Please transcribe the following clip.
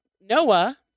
Noah